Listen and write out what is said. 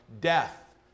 death